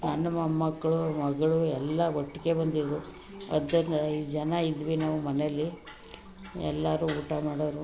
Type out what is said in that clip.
ನನ್ನ ಮೊಮ್ಮಕ್ಕಳು ಮಗಳು ಎಲ್ಲ ಒಟ್ಟಿಗೆ ಬಂದಿದ್ದರು ಹದ್ನೈದು ಜನ ಇದ್ವಿ ನಾವು ಮನೆಯಲ್ಲಿ ಎಲ್ಲರೂ ಊಟ ಮಾಡೋರು